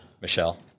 Michelle